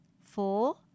four